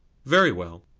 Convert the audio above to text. very well.